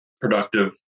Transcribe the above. productive